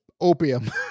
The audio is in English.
opium